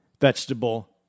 vegetable